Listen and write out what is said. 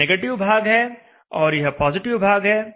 यह नेगेटिव भाग है और यह पॉजिटिव भाग है